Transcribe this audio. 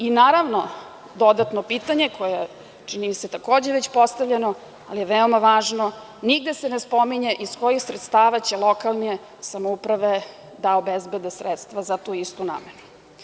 I, naravno, dodatno pitanje koje je, čini mi se, takođe već postavljeno, ali je veoma važno, nigde se ne spominje iz kojih sredstava će lokalne samouprave da obezbede sredstva za tu istu namenu.